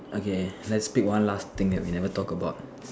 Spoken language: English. okay let's pick one last thing that we never talk about